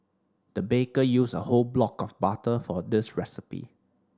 the baker used a whole block of butter for this recipe